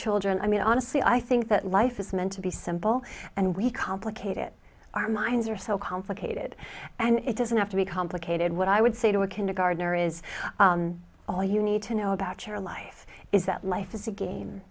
children i mean honestly i think that life is meant to be simple and we complicate it our minds are so complicated and it doesn't have to be complicated what i would say to a kindergartner is all you need to know about your life is that life is a game